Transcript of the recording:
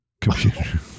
Computer